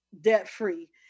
debt-free